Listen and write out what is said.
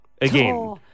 again